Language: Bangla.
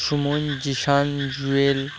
সুমন জিশান জুয়েল